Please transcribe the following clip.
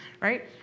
right